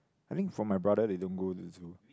I think for my brother they don't go to zoo